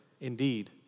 Indeed